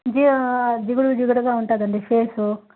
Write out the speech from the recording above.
జిగురు జిగురుగా ఉంటుందండి ఫేసు